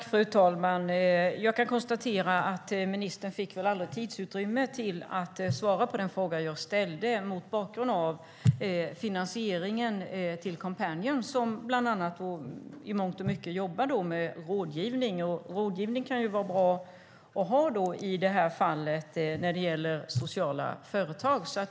Fru talman! Jag kan konstatera att ministern inte fick tidsutrymme att svara på den fråga som jag ställde mot bakgrund av finansieringen till Coompanion som bland annat jobbar med rådgivning. Rådgivning kan vara bra att ha i detta fall när det gäller sociala företag.